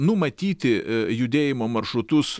numatyti judėjimo maršrutus